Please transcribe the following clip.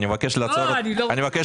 אני אגיד